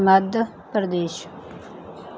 Madhya Pradesh